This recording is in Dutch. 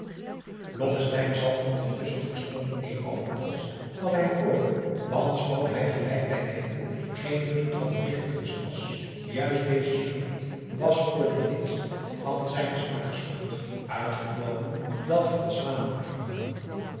zat ondertusschen verstomd nêer over alles wat hij hoorde want schoon hij gelijk wij weten geen vriend van de dichtkunst was juist deze soort was voor de leest van zijnen smaak geschoeid uitgenomen dat van